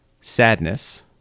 sadness